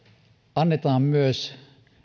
annetaan myös